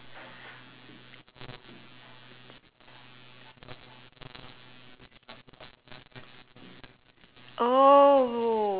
oh